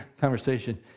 conversation